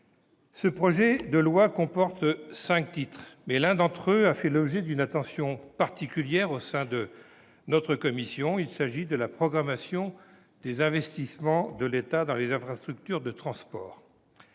Ce projet de loi comporte cinq titres, mais l'un d'entre eux a fait l'objet d'une attention particulière de la part de notre commission : celui relatif à la programmation des investissements de l'État dans les infrastructures de transport.